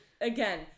again